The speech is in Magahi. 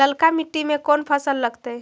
ललका मट्टी में कोन फ़सल लगतै?